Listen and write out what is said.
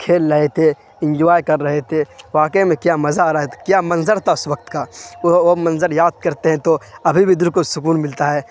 کھیل رہے تھے انجوائے کر رہے تھے واقعی میں کیا مزہ آ رہا تھا کیا منظر تھا اس وقت کا وہ وہ منظر یاد کرتے ہیں تو ابھی بھی دل کو سکون ملتا ہے